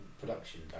production